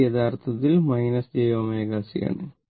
ഇത് യഥാർത്ഥത്തിൽ jω C ആണ്